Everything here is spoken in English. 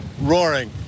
roaring